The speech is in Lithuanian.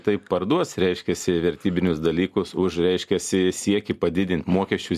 tai parduos reiškiasi vertybinius dalykus už reiškiasi siekį padidint mokesčius